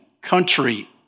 country